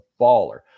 baller